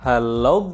Hello